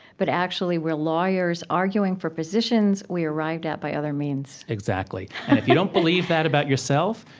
but actually we are lawyers arguing for positions we arrived at by other means. exactly. and if you don't believe that about yourself,